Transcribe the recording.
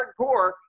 hardcore